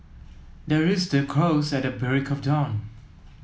the rooster crows at the break of dawn